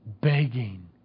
begging